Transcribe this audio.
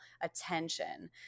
attention